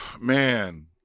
Man